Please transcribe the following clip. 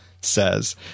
says